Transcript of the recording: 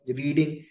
reading